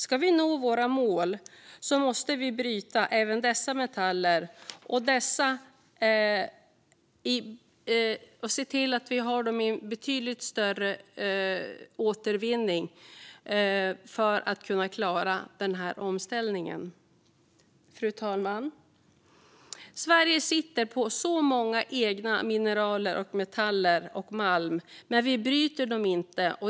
Ska vi nå våra mål måste vi bryta även dessa metaller och dessutom se till att vi har en betydligt större återvinning av dem för att klara denna omställning. Fru talman! Sverige sitter på många egna mineral, metaller och malm, men vi bryter dem inte.